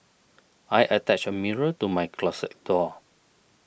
I attached a mirror to my closet door